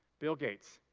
bill gates.